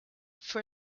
for